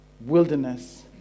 wilderness